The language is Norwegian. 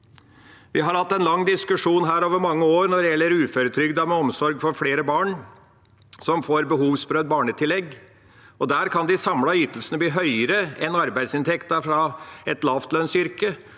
Vi har hatt en lang diskusjon over mange år når det gjelder uføretrygdede med omsorg for flere barn som får behovsprøvd barnetillegg. Der kan de samlede ytelsene bli høyere enn arbeidsinntekten fra et lavlønnsyrke.